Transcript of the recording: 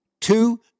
Two